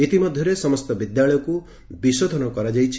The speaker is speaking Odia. ଇତିମଧ୍ଧରେ ସମସ୍ତ ବିଦ୍ୟାଳୟକୁ ବିଶୋଧନ କରାଯାଇଛି